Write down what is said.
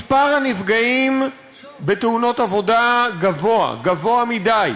מספר הנפגעים בתאונות עבודה גבוה, גבוה מדי.